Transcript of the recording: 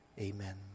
Amen